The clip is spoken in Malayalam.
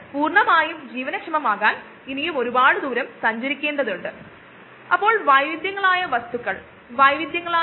എയർ ഈ വഴി ഉയരുന്നു അത് അകത്തേക്കു എടുക്കുന്നു ഈ റിയാക്റ്ററിൻറെ ഉള്ളിൽ ഒരു സിലിണ്ടർ ഉണ്ട് എയർ ഈ വഴി ഉയരുമ്പോൾ അത് കോശങ്ങൾ സഹിതം ആണ് വഹിക്കുന്നത് പിന്നെ അത് കറങ്ങുന്നു